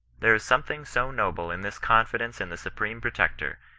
there is something so noble in this confidence in the supreme protector,